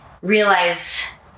realize